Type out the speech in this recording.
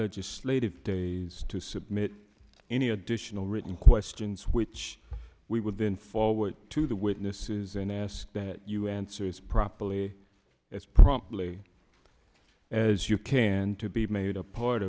legislative days to submit any additional written questions which we would then forward to the witnesses and ask that you answer yes properly as promptly as you can to be made a part